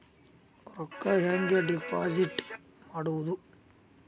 ರೊಕ್ಕ ಹೆಂಗೆ ಡಿಪಾಸಿಟ್ ಮಾಡುವುದು?